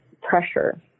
pressure